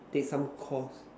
take some course